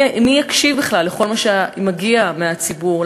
מי יקשיב בכלל לכל מה שמגיע מהציבור,